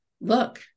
look